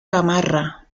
gamarra